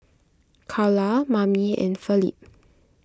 Karla Mamie and Felipe